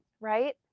Right